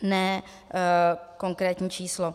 Ne konkrétní číslo.